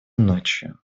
ночью